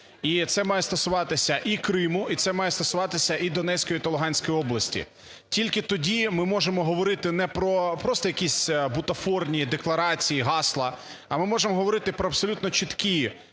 і це має стосуватися і Криму, і це має стосуватися і Донецької та Луганської області. Тільки тоді ми можемо говорити не про просто якісь бутафорні декларації, гасла, а ми можемо говорити про абсолютно чіткі,